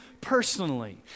personally